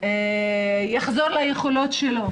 בריאה ותחזור ליכולותיה.